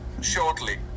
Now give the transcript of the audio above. Shortly